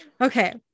Okay